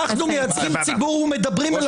אנחנו מייצגים ציבור ומדברים אל הציבור.